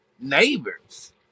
neighbors